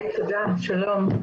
תודה, שלום.